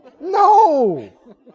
No